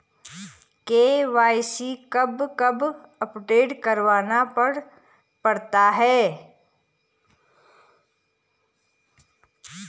KYC कब कब update करवाना पड़ता है?